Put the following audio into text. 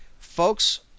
Folks